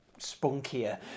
spunkier